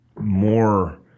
more